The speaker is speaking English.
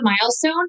milestone